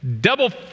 double